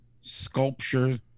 sculpture